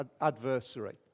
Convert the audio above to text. adversary